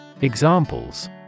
Examples